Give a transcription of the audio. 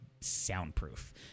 soundproof